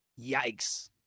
yikes